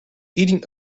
eating